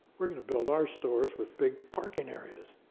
we're gonna build our stores with big parking areas.